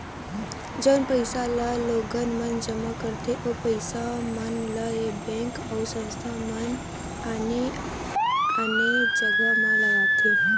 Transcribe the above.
जउन पइसा ल लोगन मन जमा करथे ओ पइसा मन ल ऐ बेंक अउ संस्था मन आने आने जघा म लगाथे